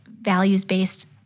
values-based